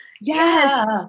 Yes